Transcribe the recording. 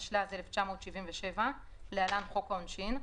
התשל"ז-1977 (להלן חוק העונשין),